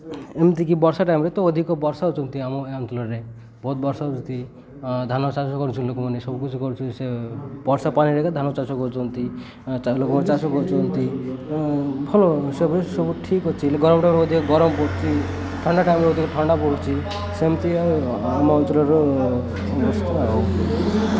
ଏମିତିକି ବର୍ଷା ଟାଇମ୍ରେ ତ ଅଧିକ ବର୍ଷା ହେଉଛନ୍ତି ଆମ ଅଞ୍ଚଳରେ ବହୁତ ବର୍ଷା ହେଉଛନ୍ତି ଧାନ ଚାଷ କରୁଛ ଲୋକମାନେ ସବୁକଛି କରୁଛନ୍ତି ସେ ବର୍ଷା ପାଣିରେ ଏକା ଧାନ ଚାଷ କରୁଛନ୍ତି ଲୋକମାନେ ଚାଷ କରୁଛନ୍ତି ଭଲ ସେସବୁ ଠିକ୍ ଅଛି ଗରମ ଅଧିକ ଗରମ ପଡ଼ୁଛି ଥଣ୍ଡା ଟାଇମ୍ରେ ମଧ୍ୟ ଥଣ୍ଡା ପଡ଼ୁଛି ସେମିତି ଆମ ଅଞ୍ଚଳର ହେଉଛି